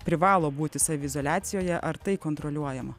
privalo būti saviizoliacijoje ar tai kontroliuojama